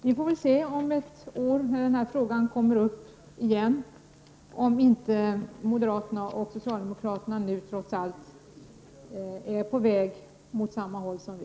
Vi får väl se om ett år, då frågan kommer upp igen, om inte moderaterna och socialdemokraterna då trots allt är beredda att gå åt samma håll om vi.